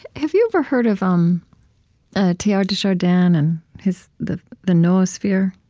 have you ever heard of um ah teilhard de chardin and his the the noosphere?